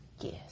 Yes